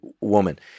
woman